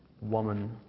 woman